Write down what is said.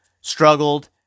Struggled